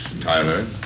Tyler